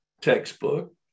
textbook